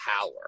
power